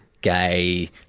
gay